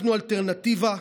אנחנו אלטרנטיבה.